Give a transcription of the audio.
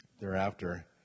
thereafter